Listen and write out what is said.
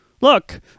Look